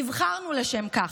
נבחרנו לשם כך,